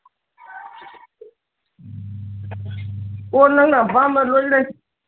ꯑꯣ ꯅꯪꯅ ꯑꯄꯥꯝꯕ ꯂꯣꯏ ꯂꯩ